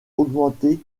augmenter